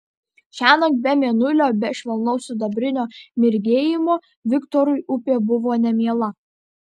šiąnakt be mėnulio be švelnaus sidabrinio mirgėjimo viktorui upė buvo nemiela